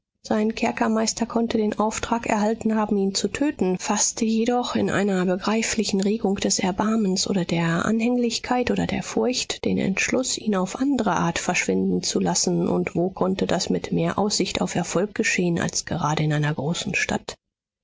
sein kerkermeister konnte den auftrag erhalten haben ihn zu töten faßte jedoch in einer begreiflichen regung des erbarmens oder der anhänglichkeit oder der furcht den entschluß ihn auf andre art verschwinden zu lassen und wo konnte das mit mehr aussicht auf erfolg geschehen als gerade in einer großen stadt